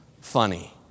funny